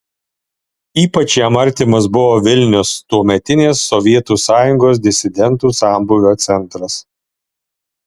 ypač jam artimas buvo vilnius tuometinės sovietų sąjungos disidentų sambūvio centras